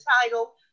title